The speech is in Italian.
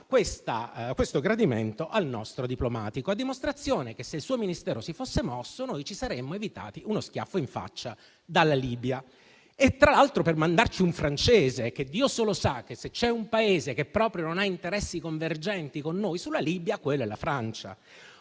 dia il gradimento al nostro diplomatico; ciò a dimostrazione che, se il suo Ministero si fosse mosso, noi ci saremmo evitati uno schiaffo in faccia dalla Libia: tra l'altro per mandarci un francese. E Dio solo sa che, se c'è un Paese che proprio non ha interessi convergenti con noi sulla Libia, quella è la Francia.